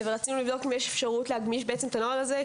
ורצינו לבדוק אם יש אפשרות להגמיש את הנוהל הזה,